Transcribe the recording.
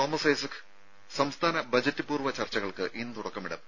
Thomas Isaac സംസ്ഥാന budget പൂർവ്വ ചർച്ചകൾക്ക് ഇന്ന് തുടക്കമിടും